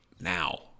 now